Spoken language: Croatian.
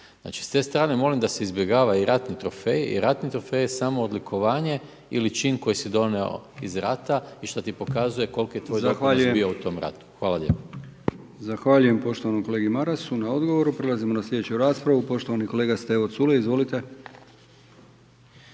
Znači, s te strane molim da se izbjegava i ratni trofej jer ratni trofej je samo odlikovanje ili čin koji si donio iz rata i što ti pokazuje koliki je tvoj doprinos bio u tom ratu. Hvala lijepo. **Brkić, Milijan (HDZ)** Zahvaljujem poštovanom kolegi Marasu na odgovoru. Prelazimo na slijedeću raspravu. Poštovani kolega Stevo Culej. Izvolite.